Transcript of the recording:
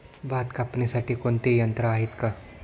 भात कापणीसाठी कोणते यंत्र आहेत का?